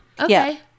Okay